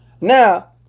Now